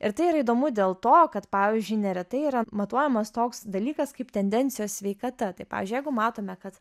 ir tai yra įdomu dėl to kad pavyzdžiui neretai yra matuojamas toks dalykas kaip tendencijos sveikata tai pavyzdžiui jeigu matome kad